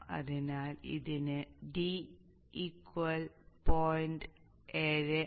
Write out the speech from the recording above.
അതിനാൽ ഇതിന് d 0